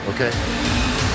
Okay